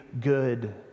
good